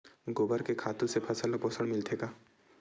गोबर के खातु से फसल ल पोषण मिलथे का?